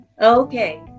Okay